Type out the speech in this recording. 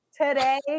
today